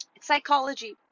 psychology